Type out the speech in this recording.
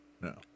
no